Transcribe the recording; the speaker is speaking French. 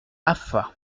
afa